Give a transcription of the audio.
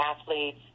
athletes